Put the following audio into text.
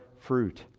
fruit